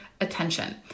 attention